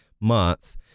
month